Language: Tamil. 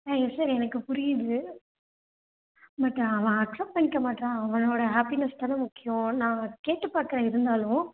ஆ யெஸ் சார் எனக்கு புரியுது பட் அவன் அக்செப்ட் பண்ணிக்க மாட்டுறான் அவனோட ஹாப்பிநெஸ் தானே முக்கியம் நான் கேட்டு பார்க்குறேன் இருந்தாலும்